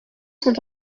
sont